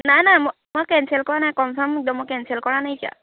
নাই নাই মই কেনচেল কৰা নাই কনফ'ৰ্ম একদম মই কেনচেল কৰা নাইকিয়া